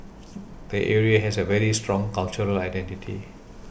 the area has a very strong cultural identity